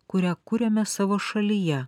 kurią kuriame savo šalyje